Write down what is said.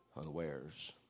unawares